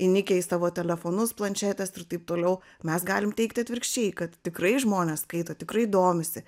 įnikę į savo telefonus planšetes ir taip toliau mes galim teigti atvirkščiai kad tikrai žmonės skaito tikrai domisi